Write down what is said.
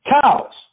cows